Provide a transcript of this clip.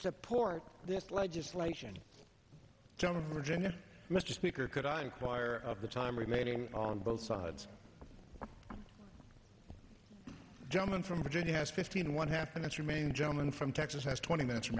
support this legislation jennifer jennifer mr speaker could i inquire of the time remaining on both sides gentleman from virginia has fifteen what happened is your main gentleman from texas has twenty minutes